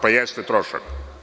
Pa, jeste trošak.